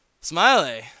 Smiley